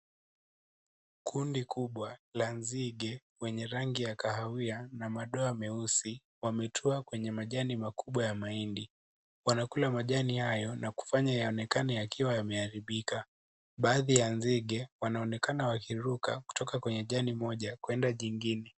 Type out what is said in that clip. Kundi kubwa la nzige wenye rangi ya kahawia na madoa meusi, wametua kwenye majani makubwa ya mahindi. Wanakula majani hayo na kufanya yaonekane yakiwa yameharibika. Baadhi ya nzige wanaonekana wakiruka kutoka kwenye jani moja kwenda jingine.